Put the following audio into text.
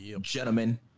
gentlemen